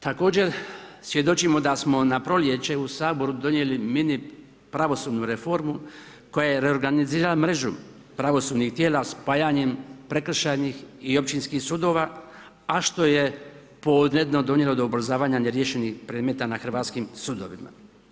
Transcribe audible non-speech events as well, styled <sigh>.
Također svjedočimo da smo na proljeće u Saboru donijeli mini pravosudnu reformu koja je reorganizirala mrežu pravosudnih tijela spajanjem prekršajnih i općinskih sudova a što je ... <unintelligible> dovelo do ubrzavanja neriješenih predmeta na hrvatskim sudovima.